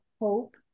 hope